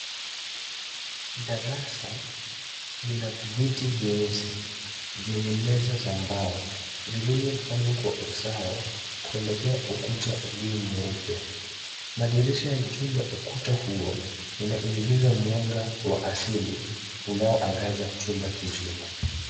Darasa lina viti vyeusi vyenye meza za mbao, vilivyopangwa kwa usawa kuelekea ukuta ulio mweupe. Madirisha juu ya ukuta huo yanaingiza mwanga wa asili unaoangaza chumba kizima.